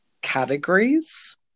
categories